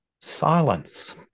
silence